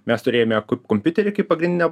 mes turėjome kompiuterį kaip pagrindinę